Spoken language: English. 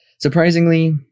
Surprisingly